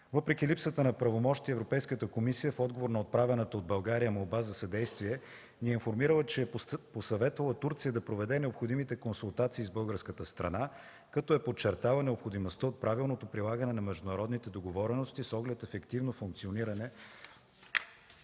Въпреки липсата на правомощия, Европейската комисия в отговор на отправената от България молба за съдействие ни е информирала, че е посъветвала Турция да проведе необходимите консултации с българската страна, като е подчертала необходимостта от правилното прилагане на международните договорености, с оглед ефективно функциониране